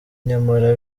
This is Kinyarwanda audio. nyamara